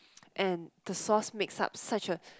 and the sauce mix up such a